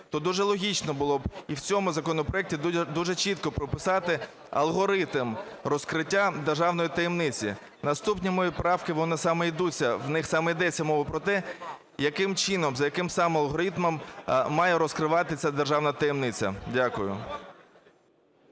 то дуже логічно було б і в цьому законопроекті дуже чітко прописати алгоритм розкриття державної таємниці. Наступні мої правки, в них саме йде мова про те, яким чином, за яким саме алгоритмом має розкриватися державна таємниця. Дякую.